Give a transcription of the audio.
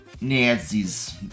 Nazis